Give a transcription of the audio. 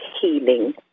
healing